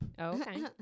Okay